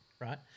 right